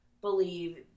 believe